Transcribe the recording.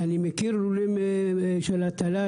אני מכיר לולים של הטלה,